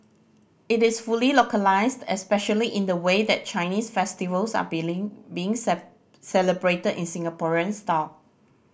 it is fully localised especially in the way that Chinese festivals are being celebrated in Singaporean style